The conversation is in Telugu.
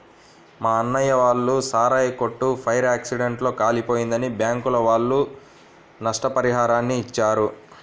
మా అన్నయ్య వాళ్ళ సారాయి కొట్టు ఫైర్ యాక్సిడెంట్ లో కాలిపోయిందని బ్యాంకుల వాళ్ళు నష్టపరిహారాన్ని ఇచ్చారు